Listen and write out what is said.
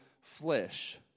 flesh